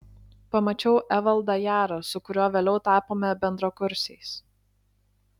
pamačiau evaldą jarą su kuriuo vėliau tapome bendrakursiais